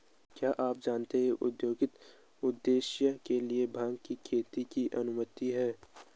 क्या आप जानते है औद्योगिक उद्देश्य के लिए भांग की खेती की अनुमति है?